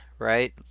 Right